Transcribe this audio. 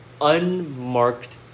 unmarked